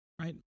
right